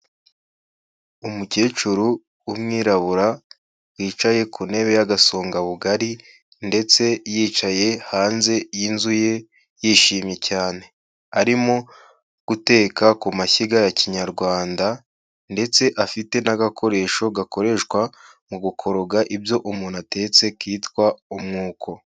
Umukecuru, w'umwirabura, yicaye, ku intebe y'agasongabugari, ndetse yicaye, hanze, y'inzu ye, yishimye cyane. Arimo, guteka, ku amashyiga ya kinyarwanda, ndetse afite n'agakoresho, gakoreshwa, mu gukoroga, ibyo umuntu atetse, kitwa, umwuko.